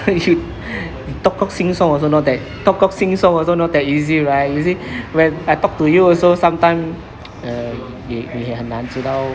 you talk cock sing song also not that talk cock sing song also not that easy right you see when I talk to you also sometime uh we we 很难知道